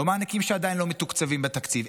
לא מענקים שעדיין לא מתוקצבים בתקציב,